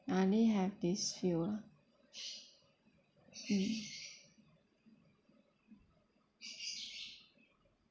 I only have this few ah mm